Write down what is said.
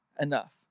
enough